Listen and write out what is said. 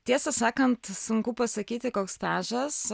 tiesą sakant sunku pasakyti koks stažas